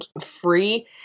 free